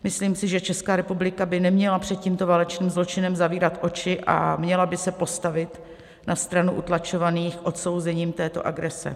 Myslím si, že Česká republika by neměla před tímto válečným zločinem zavírat oči a měla by se postavit na stranu utlačovaných odsouzením této agrese.